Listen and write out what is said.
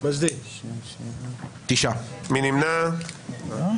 הצבעה בעד, 6 נגד, 9 נמנעים, אין לא אושרה.